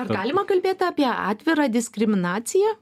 ar galima kalbėt apie atvirą diskriminaciją